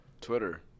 Twitter